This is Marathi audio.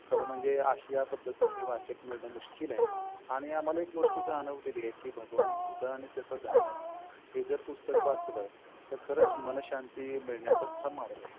खरं म्हणजे आशा पद्धतीचे वाचक मिळणं मुश्किल आहे आणि आम्हाला एक वस्तू जाणवलेली आहे की भगवान बुद्ध आणि त्याचं धम्म हे जर पुस्तक वाचलं त खरंच मनःशांती मिळण्याचाच हा मार्ग आहे